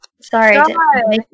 Sorry